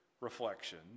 reflection